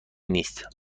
نیست